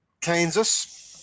Kansas